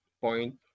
point